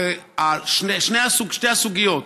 ושתי הסוגיות,